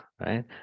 right